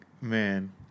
man